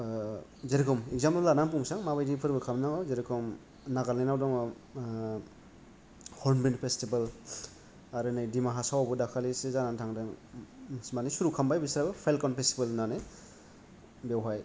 ओ जेरेखम इक्जामफोल लाना बुंसै आं मा बायदि फोरबो खालामनांगौ जेरेखम नागालेण्डाव दङ' ओ हर्नबिल फेसतिभेल आरो नै दिमा हासावावबो दाखालिसो जानानै थांदों माने सुरु खालामबाय बिस्राबो पेलकन फेसतिभेल होन्नानै बेवहाय